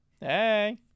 Hey